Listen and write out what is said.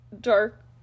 dark